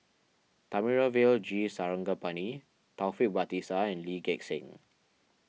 Thamizhavel G Sarangapani Taufik Batisah and Lee Gek Seng